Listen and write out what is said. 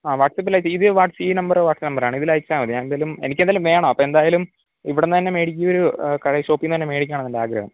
ആ വാട്സാപ്പിലായിട്ട് ഇത് ഈ നമ്പറ് വാട്സ് നമ്പറ് ആണ് ഇതിൽ അയച്ചാൽ മതി ഞാൻ എന്തായാലും എനിക്ക് എന്തായാലും വേണം അപ്പോൾ എന്തായാലും ഇവിടുന്ന് തന്നെ ഒരു കടേ ഷോപ്പീന്ന് തന്നെ മേടിക്കാനാ എന്റെ ആഗ്രഹം